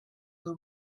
who